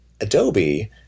Adobe